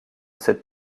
cette